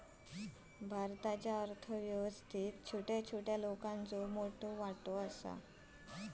भारतीच्या अर्थ व्यवस्थेत छोट्या छोट्या लोकांचो मोठो वाटो आसा